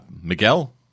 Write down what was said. Miguel